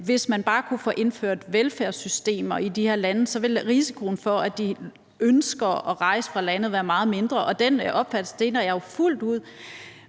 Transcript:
hvis man bare kunne få indført velfærdssystemer i de her lande, ville risikoen for, at de ønsker at rejse fra landet, være meget mindre, og den opfattelse deler jeg jo fuldt ud.